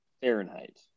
Fahrenheit